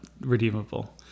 redeemable